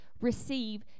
receive